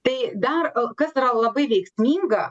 tai dar kas yra labai veiksminga